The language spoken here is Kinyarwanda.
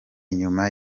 inyuma